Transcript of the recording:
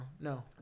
no